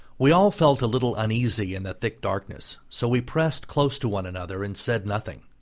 we all felt a little uneasy in the thick darkness, so we pressed close to one another and said nothing.